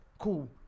Cool